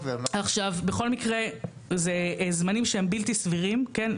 עכשיו, בכל מקרה זה זמנים שהם בלתי סבירים, כן?